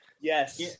Yes